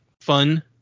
fun